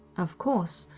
of course,